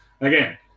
again